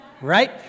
right